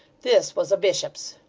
this was a bishop's.